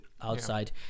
outside